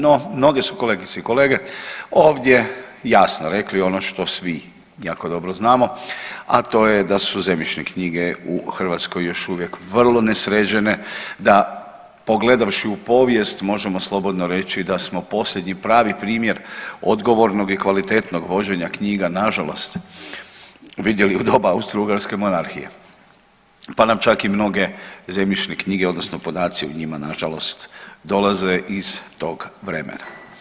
No, mnoge su kolegice i kolege ovdje jasno rekli ono što svi jako dobro znamo, a to je da su zemljišne knjige u Hrvatskoj još uvijek vrlo nesređene, da pogledavši u povijest možemo slobodno reći da smo posljednji pravi primjer odgovornog i kvalitetnog vođenja knjiga nažalost vidjeli u doba Austro-Ugarske monarhije, pa nam čak i mnoge zemljišne knjige odnosno podaci o njima nažalost dolaze iz tog vremena.